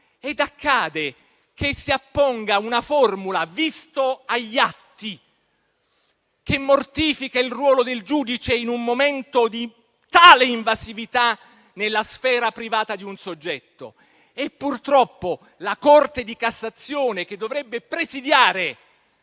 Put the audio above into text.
altresì che si apponga la formula «visto agli atti», che mortifica il ruolo del giudice in un momento di tale invasività nella sfera privata di un soggetto e, purtroppo, la Corte di cassazione, che dovrebbe presidiare,